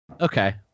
Okay